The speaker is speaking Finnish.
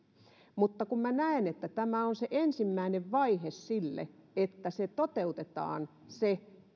mutta minä näen että tämä on ensimmäinen vaihe siinä että toteutetaan se